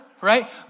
right